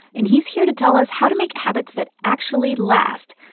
and he's here to tell us how to make habits that actually last,